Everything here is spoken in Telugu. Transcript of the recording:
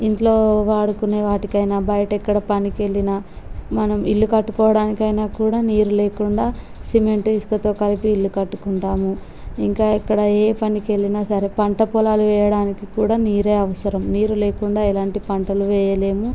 ఇంట్లో వాడుకునే వాటికైనా బయట ఎక్కడ పనికి వెళ్ళినా మనం ఇల్లు కట్టుకోవడానికైనా కూడా నీరు లేకండా సిమెంట్ ఇసుకతో కలిపి ఇల్లు కట్టుకుంటాము ఇంకా ఇక్కడ ఏ పనికి వెళ్ళినా సరే పంట పొలాలు వెయ్యడానికి కూడా నీరే అవసరం నీరు లేకుండా ఎలాంటి పంటలు వెయ్యలేము